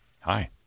Hi